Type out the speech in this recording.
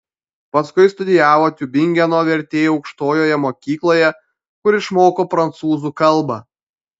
paskui studijavo tiubingeno vertėjų aukštojoje mokykloje kur išmoko prancūzų kalbą